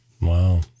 Wow